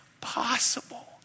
possible